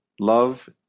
love